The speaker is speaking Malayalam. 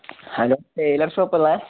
ഹലോ ടൈലർ ഷോപ്പല്ലേ